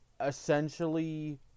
Essentially